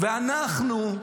ואנחנו,